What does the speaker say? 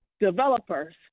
developers